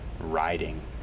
riding